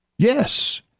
Yes